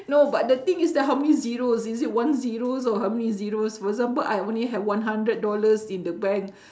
no but the thing is that how many zeros is it one zeros or how many zeros for example I only have one hundred dollars in the bank